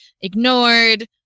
ignored